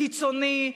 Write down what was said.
קיצוני,